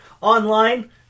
Online